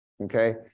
Okay